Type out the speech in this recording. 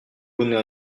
donner